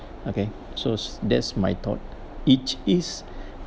okay so that's my thought each is